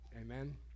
amen